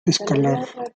escalar